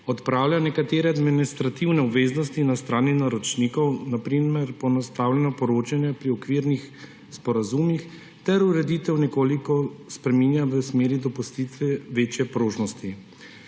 odpravlja nekatere administrativne obveznosti na strani naročnikov, na primer poenostavljeno je poročanje pri okvirnih sporazumih, ter ureditev nekoliko spreminja v smeri dopustitve večje prožnosti.